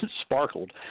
sparkled